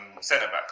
centre-back